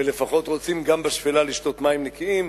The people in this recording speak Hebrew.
ולפחות רוצים גם בשפלה לשתות מים נקיים,